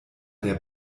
der